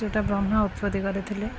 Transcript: ଯେଉଁଟା ବ୍ରହ୍ମ ଉତ୍ପତ୍ତି କରିଥିଲେ